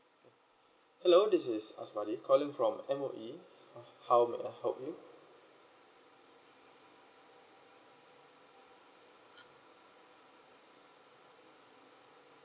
hello this is asmadi calling from M_O_E how may I help you